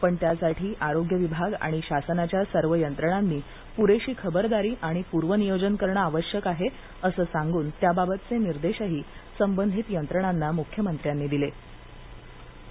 पण त्यासाठी आरोग्य विभाग आणि शासनाच्या सर्व यंत्रणांनी पुरेशी खबरदारी आणि पूर्व नियोजन करणे आवश्यक आहे असं सांगून त्याबाबतचे निर्देशही संबंधित यंत्रणांना मुख्यमंत्र्यांनी बैठकीत दिले